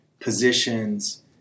positions